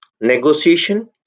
negotiation